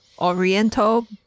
Oriental